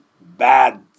bad